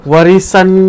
Warisan